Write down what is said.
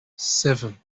seven